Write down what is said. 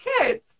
kids